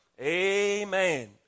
Amen